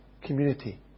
community